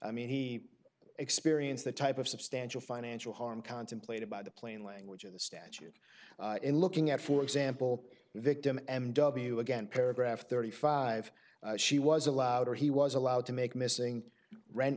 i mean he experienced the type of substantial financial harm contemplated by the plain language of the statute in looking at for example victim m w again paragraph thirty five she was allowed or he was allowed to make missing rent